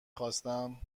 خواستم